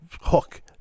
hook